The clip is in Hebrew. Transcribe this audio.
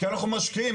כי אנחנו משקיעים.